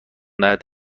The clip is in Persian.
دهد